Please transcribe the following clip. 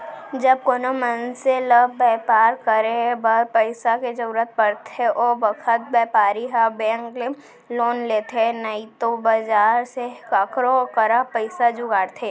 जब कोनों मनसे ल बैपार करे बर पइसा के जरूरत परथे ओ बखत बैपारी ह बेंक ले लोन लेथे नइतो बजार से काकरो करा पइसा जुगाड़थे